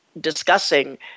discussing